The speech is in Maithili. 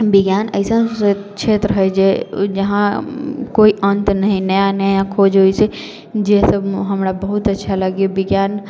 विज्ञान अइसन क्षेत्र हइ जे जहाँ कोइ अन्त नहि नया नया खोज होइत छै जे सभ हमरा बहुत अच्छा लगैया विज्ञान